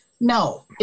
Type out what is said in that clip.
no